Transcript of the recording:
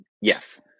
yes